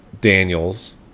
Daniels